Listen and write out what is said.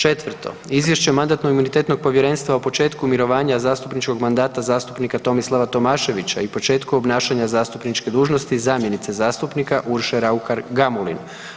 Četvrto, Izvješće Mandatno-imunitetnog povjerenstva o početku mirovanja zastupničkog mandata zastupnika Tomislava Tomaševića i početku obnašanja zastupničke dužnosti zamjenice zastupnika Urše Raukar-Gamulin.